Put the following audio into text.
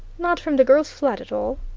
not from the girl's flat at all?